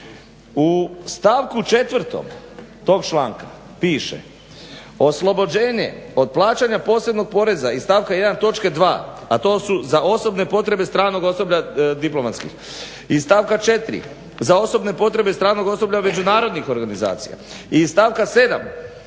u stavku 4. tog članka piše oslobođenje od plaćanja posebnog poreza iz stavka 1. točke 2. a to su za osobne potrebe stranog osoblja diplomatski. Iz stavka 4. za osobne potrebe i stranog osoblja međunarodnih organizacija i iz stavka 7.